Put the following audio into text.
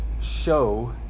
show